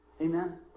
Amen